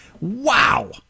Wow